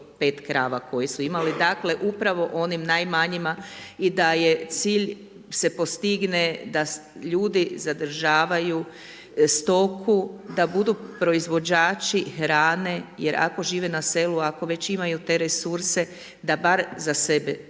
5 krava koji su imali, dakle upravo onim najmanjima i da je cilj se postigne da ljudi zadržavaju stoku da budu proizvođači hrane jer ako žive na selu, ako već imaju te resurse da bar za sebe